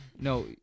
No